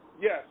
Yes